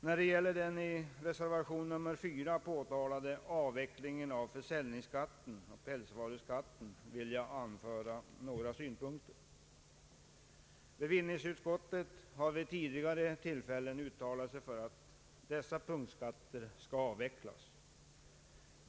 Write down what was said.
När det gäller den i reservation 4 påtalade avvecklingen av försäljnings skatten och pälsvaruskatten vill jag anföra några synpunkter. Bevillningsutskottet har vid tidigare tillfällen uttalat sig för att dessa punktskatter skall avvecklas.